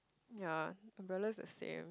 ya umbrella is the same